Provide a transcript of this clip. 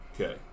Okay